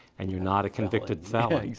and you're not a convicted felon.